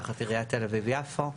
עיריית תל אביב יפו.